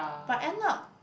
but end up